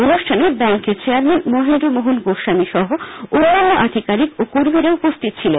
অনুষ্ঠানে ব্যাঙ্কের চেয়ারম্যান মহেন্দ্র মোহন গোস্বামী সহ অন্যান্য আধিকারিক ও কর্মীরা উপস্থিত ছিলেন